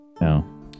No